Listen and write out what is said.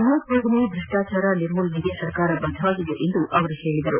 ಭಯೋತ್ಪಾದನೆ ಭ್ರಷ್ಟಾಚಾರ ನಿರ್ಮೂಲನೆಗೆ ಸರ್ಕಾರ ಬದ್ದವಾಗಿದೆ ಎಂದು ಹೇಳಿದರು